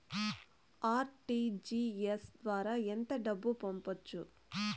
RTGS ద్వారా ఎంత డబ్బు పంపొచ్చు?